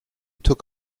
took